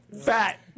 Fat